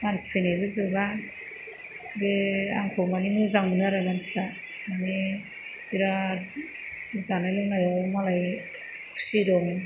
मानसि फैनायबो जोबा बे आंखौ माने मोजां मोनो आरो मानसिफ्रा माने बिराथ जानाय लोंनायाव मालाय खुसि दं